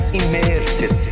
immersed